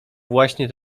właśnie